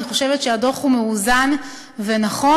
אני חושבת שהדוח מאוזן ונכון.